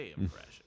impression